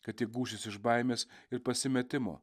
kad ji gūšis iš baimės ir pasimetimo